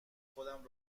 خودم